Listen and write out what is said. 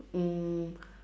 um